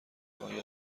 های